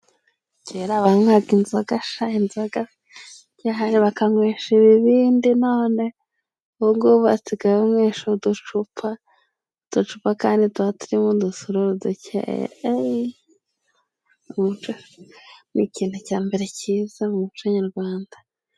Kera banywaga inzoga sha, inzoga ihari bakanywesha ibibindi. None ubu basigaye banywesha uducupa. Uducupa kandi tuba turimo udusuru dukeya. Ni ikintu cya mbere kiza mu muco nyarwanda.